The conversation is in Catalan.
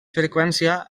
freqüència